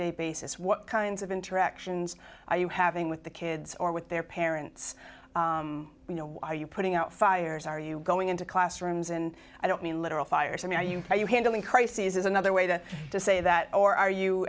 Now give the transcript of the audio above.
day basis what kinds of interactions are you having with the kids or with their parents you know are you putting out fires are you going into classrooms and i don't mean literal fires i mean are you are you handling crises is another way to to say that or are you